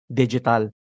digital